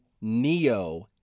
Neo